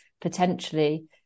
potentially